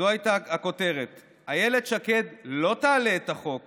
זו הייתה הכותרת: איילת שקד לא תעלה את החוק